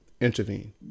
intervene